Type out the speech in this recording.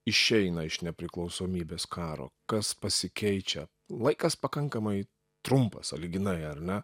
išeina iš nepriklausomybės karo kas pasikeičia laikas pakankamai trumpas sąlyginai ar ne